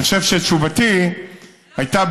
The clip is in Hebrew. אבל לא דיברנו על לייקר, אף אחד לא מדבר